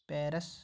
Paris